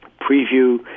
preview